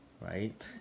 right